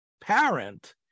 parent